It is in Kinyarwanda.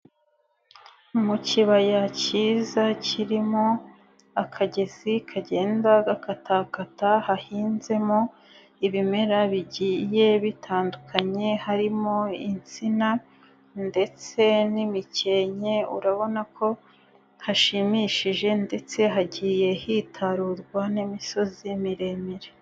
Mu kibaya cyiza kirimo akagezi kagenda gakatakata, hahinzemo ibimera bigiye bitandukanye, harimo insina ndetse n'imikenke, urabona ko hashimishije ndetse hagiye hitarurwa n'imisozi miremire.